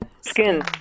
Skin